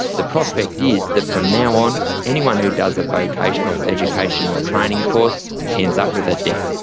the prospect is that from now on anyone who does a vocational education or training course ends up with a debt.